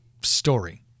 story